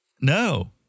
No